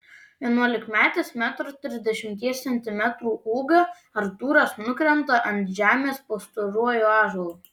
vienuolikmetis metro trisdešimties centimetrų ūgio artūras nukrenta ant žemės po storuoju ąžuolu